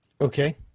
okay